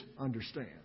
understand